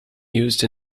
used